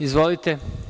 Izvolite.